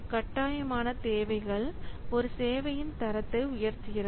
கட்டாயமான தேவைகள் ஒரு சேவையின் தரத்தை உயர்த்துகிறது